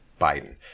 biden